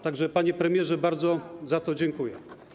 Tak że, panie premierze, bardzo za to dziękuję.